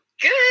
good